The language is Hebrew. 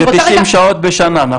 וזה תשעים שעות בשנה.